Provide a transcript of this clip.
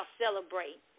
celebrate